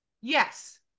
Yes